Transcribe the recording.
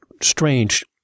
strange